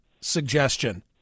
suggestion